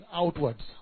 outwards